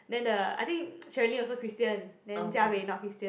then the I think Sherilyn also Christian then jia wei not Christian